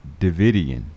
davidian